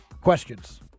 questions